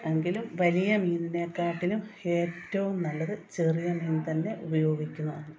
എങ്കിലും വലിയ മീനിനെ കാട്ടിലും ഏറ്റവും നല്ലത് ചെറിയ മീൻ തന്നെ ഉപയോഗിക്കുന്നതാണ്